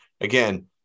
again